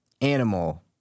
Animal